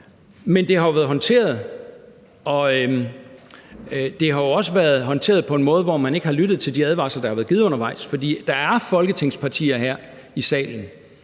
og det har også været håndteret på en måde, hvor man ikke har lyttet til de advarsler, der har været givet undervejs, for der er partier her i salen,